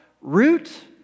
Root